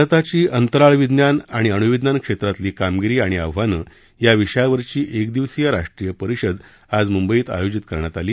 भारताची अंतराळ विज्ञान आणि अण्विज्ञान क्षेत्रातली कामगिरी आणि आव्हानं या विषयावरची एकदिवसीय राष्ट्रीय परिषद आज म्ंबईत आयोजित करण्यात आली